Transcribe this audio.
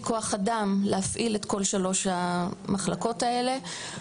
כוח-אדם להפעיל את כל שלוש המחלקות האלה.